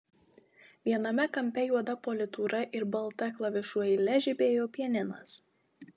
viename kampe juoda politūra ir balta klavišų eile žibėjo pianinas